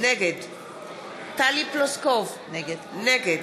נגד טלי פלוסקוב, נגד